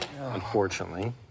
Unfortunately